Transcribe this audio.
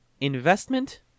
Investment